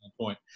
point